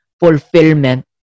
fulfillment